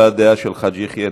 הבעת דעה של חאג' יחיא.